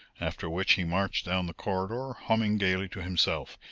after which he marched down the corridor, humming gayly to himself,